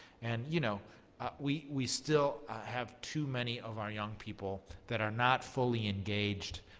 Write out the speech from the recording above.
and you know we we still have too many of our young people that are not fully engaged,